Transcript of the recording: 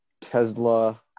Tesla